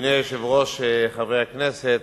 אדוני היושב-ראש, חברי הכנסת,